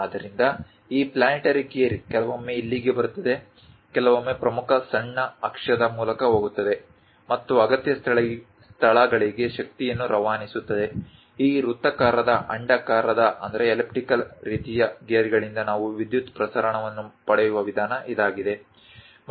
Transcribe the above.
ಆದ್ದರಿಂದ ಈ planetary gear ಕೆಲವೊಮ್ಮೆ ಇಲ್ಲಿಗೆ ಬರುತ್ತದೆ ಕೆಲವೊಮ್ಮೆ ಪ್ರಮುಖ ಸಣ್ಣ ಅಕ್ಷದ ಮೂಲಕ ಹೋಗುತ್ತದೆ ಮತ್ತು ಅಗತ್ಯ ಸ್ಥಳಗಳಿಗೆ ಶಕ್ತಿಯನ್ನು ರವಾನಿಸುತ್ತದೆ ಈ ವೃತ್ತಾಕಾರದ ಅಂಡಾಕಾರದ ರೀತಿಯ ಗೇರ್ಗಳಿಂದ ನಾವು ವಿದ್ಯುತ್ ಪ್ರಸರಣವನ್ನು ಪಡೆಯುವ ವಿಧಾನ ಇದಾಗಿದೆ